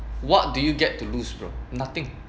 what do you get to lose bro nothing